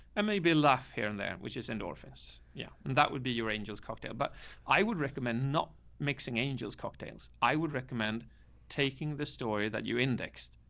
and may be a laugh here and there, which is endorphins. yeah, that would be your angels cocktail. but i would recommend not mixing angels cocktails. i would recommend taking the story that you index.